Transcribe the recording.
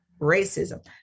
racism